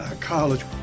College